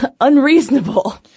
unreasonable